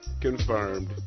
confirmed